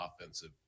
offensive